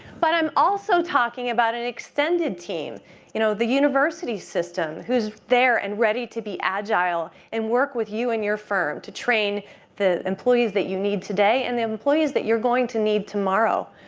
but i'm also talking about an extended team you know the university system, who's there and ready to be agile and work with you and your firm to train the employees that you need today and the employees that you're going to need tomorrow.